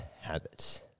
habits